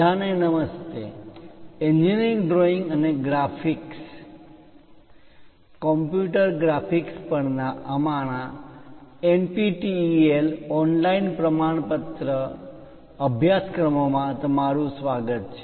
બધાને નમસ્તે engineering drawing અને ગ્રાફિક્સ કોમ્પ્યુટર ગ્રાફિક્સ પરના અમારા એનપીટીઈએલ ઓનલાઇન પ્રમાણપત્ર અભ્યાસક્રમોમાં તમારું સ્વાગત છે